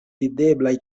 videblaj